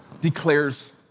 declares